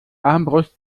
armbrust